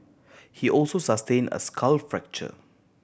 he also sustained a skull fracture